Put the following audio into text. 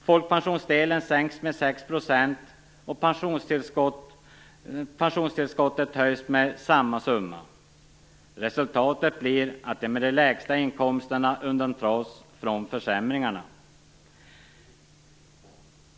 Folkpensionsdelen sänks med 6 %, och pensionstillskottet höjs lika mycket. Resultatet blir att de som har de lägsta inkomsterna undantas från försämringarna.